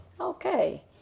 Okay